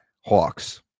Hawks